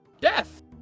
Death